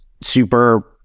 super